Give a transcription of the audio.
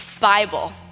Bible